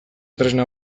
tresna